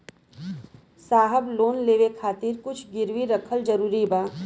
साहब लोन लेवे खातिर कुछ गिरवी रखल जरूरी बा?